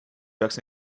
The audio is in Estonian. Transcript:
peaks